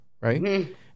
Right